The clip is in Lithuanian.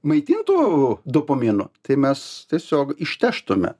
maitintų dopaminu tai mes tiesiog išteštume